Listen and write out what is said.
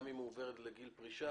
גם אם הוא עובר לגיל פרישה,